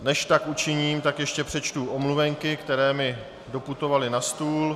Než tak učiním, tak ještě přečtu omluvenky, které mi doputovaly na stůl.